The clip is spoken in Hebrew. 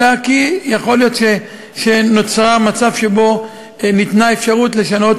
אלא יכול להיות שנוצר מצב שבו ניתנה אפשרות לשנות